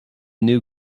new